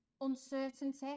Uncertainty